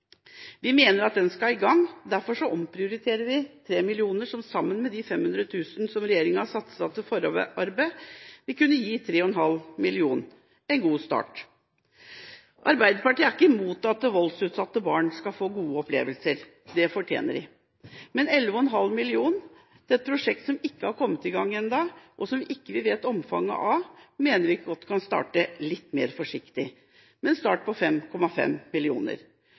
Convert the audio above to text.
Vi mener at den skal i gang, derfor omprioriterer vi 3 mill. kr som sammen med de 500 000 kr som regjeringa satset til forarbeid, vil kunne gi 3,5 mill. kr – en god start. Arbeiderpartiet er ikke imot at voldsutsatte barn skal få gode opplevelser – det fortjener de. Men 11,5 mill. kr til et prosjekt som ikke er kommet i gang ennå, og som vi ikke vet omfanget av, mener vi godt kan starte litt mer forsiktig – med en start på 5,5